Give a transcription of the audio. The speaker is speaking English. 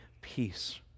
peace